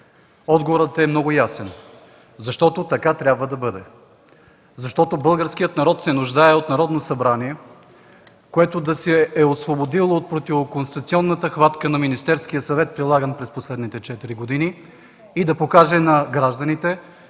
Отговорът е много ясен. Защото така трябва да бъде! Защото българският народ се нуждае от Народно събрание, което да се е освободило от противоконституционната хватка на Министерския съвет, прилагана през последните четири години, и да покаже на гражданите,